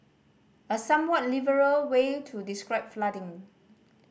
a somewhat liberal way to describe flooding